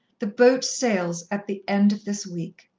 the boat sails at the end of this week.